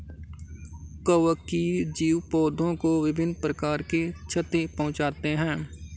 कवकीय जीव पौधों को विभिन्न प्रकार की क्षति पहुँचाते हैं